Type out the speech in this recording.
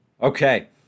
Okay